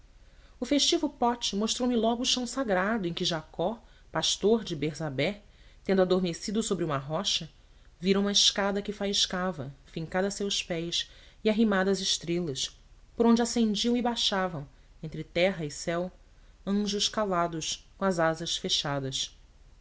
o festivo pote mostrou-me logo o chão sagrado em que jacó pastor de bersabé tendo adormecido sobre uma rocha vira uma escada que faiscava fincada a seus pés e arrimada às estrelas por onde ascendiam e baixavam entre terra e céu anjos calados com as asas fechadas